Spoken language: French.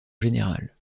général